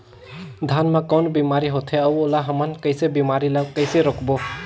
धान मा कौन बीमारी होथे अउ ओला हमन कइसे बीमारी ला कइसे रोकबो?